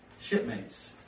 shipmates